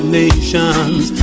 nations